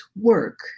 work